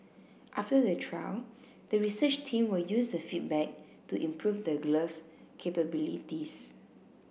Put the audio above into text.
after the trial the research team will use the feedback to improve the glove's capabilities